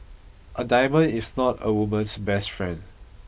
a diamond is not a woman's best friend